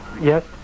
Yes